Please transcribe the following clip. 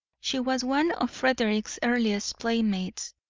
she was one of frederick's earliest playmates,